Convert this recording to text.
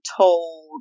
told